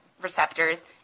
receptors